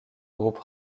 groupe